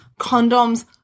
condoms